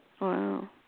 Wow